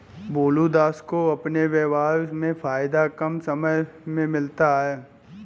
भोलू दास को अपने व्यापार में फायदा कम समय में मिलता है